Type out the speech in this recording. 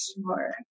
more